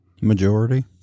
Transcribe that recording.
Majority